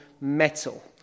metal